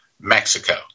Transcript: Mexico